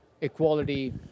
equality